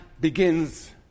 begins